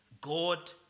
God